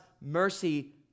mercy